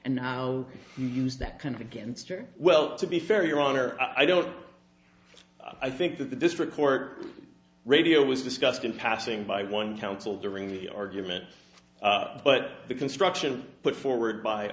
and now you use that kind of against or well to be fair your honor i don't i think that the district court radio was discussed in passing by one counsel during the argument but the construction put forward by